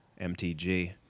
MTG